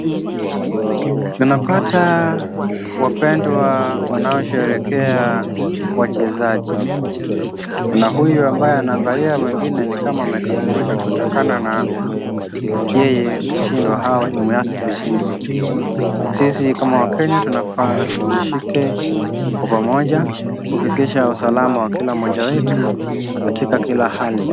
Unapata wapendwa wanaosherehekea wachezaji. Kuna huyu ambaye anaangalia wengine ni kama amekasirika kutokana na yeye kushindwa, au timu yake kushindwa. Sisi kama wakenya tunafaa tujishike kwa pamoja, kuhakikisha usalama wa kila mmoja wetu, katika kila hali.